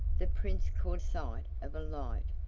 the prince caught sight of a light,